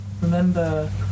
remember